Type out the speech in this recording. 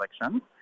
elections